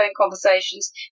conversations